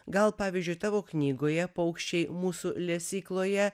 gal pavyzdžiui tavo knygoje paukščiai mūsų lesykloje